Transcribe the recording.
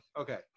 Okay